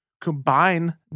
combine